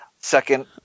second